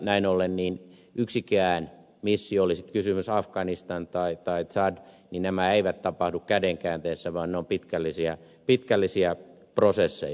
näin ollen yksikään missio oli sitten kysymyksessä afganistan tai tsad ei tapahdu käden käänteessä vaan ne ovat pitkällisiä prosesseja